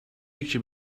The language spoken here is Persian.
یکی